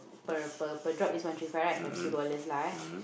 per per per drop is one three five right times two dollars lah